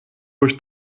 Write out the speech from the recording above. durch